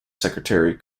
secretary